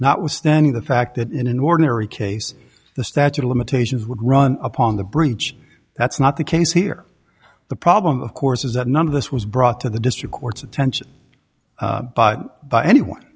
notwithstanding the fact that in an ordinary case the statute of limitations would run upon the breach that's not the case here the problem of course is that none of this was brought to the district court's attention by anyone